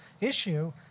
issue